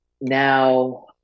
Now